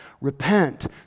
repent